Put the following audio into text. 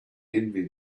envy